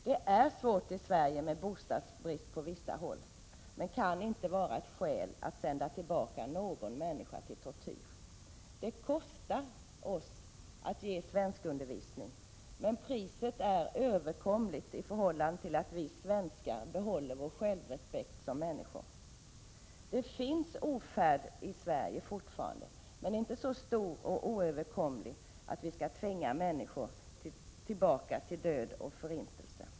Det är svårt med bostadsbristen på vissa håll i Sverige, men det kan inte vara något skäl att sända tillbaka någon människa till tortyr. Det kostar oss att ge svenskundervisning, men priset är överkomligt i förhållande till att vi svenskar behåller vår självrespekt som människor. Det finns fortfarande ofärd i Sverige, men inte så stor och oöverkomlig att vi skall tvinga människor tillbaka till död och förintelse.